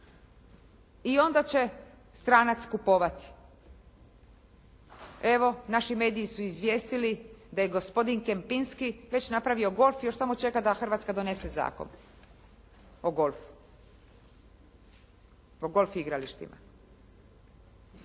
I onda će stranac kupovati. Evo naši mediji su izvijestili da je gospodin Kempinski već napravio golf, još samo čeka da Hrvatska donese Zakon o golfu, o golf igralištima.